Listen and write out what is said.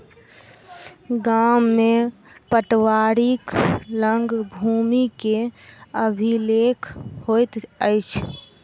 गाम में पटवारीक लग भूमि के अभिलेख होइत अछि